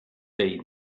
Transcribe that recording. day